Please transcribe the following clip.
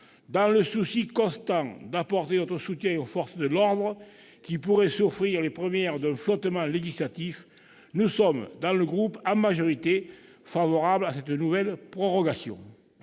dans le souci constant d'apporter notre soutien aux forces de l'ordre, qui pourraient souffrir les premières d'un flottement législatif, le groupe du RDSE est en majorité favorable à cette nouvelle prorogation.